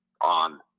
on